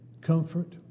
comfort